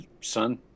son